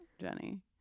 Jenny